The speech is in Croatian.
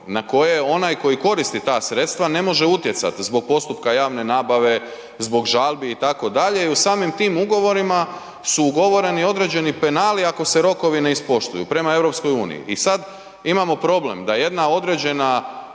na koje onaj koji koristi ta sredstva ne može utjecati zbog postupka javne nabave, zbog žalbi itd. i u samim tim ugovorima su ugovoreni određeni penali ako se rokovi ne ispoštuju prema EU. I sad imamo problem da jedna određena